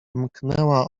mknęła